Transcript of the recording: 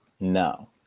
No